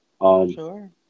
Sure